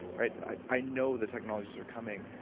right? i i know the technologies are coming,